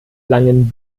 langen